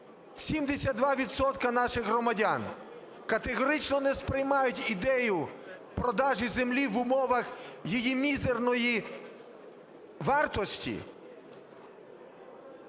наших громадян категорично не сприймають ідею продажу землі в умовах її мізерної вартості…